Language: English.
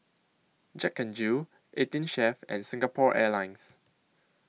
Jack N Jill eighteen Chef and Singapore Airlines